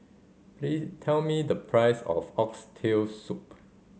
please tell me the price of Oxtail Soup